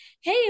hey